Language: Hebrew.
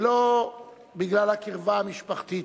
ולא בגלל הקרבה המשפחתית,